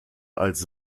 als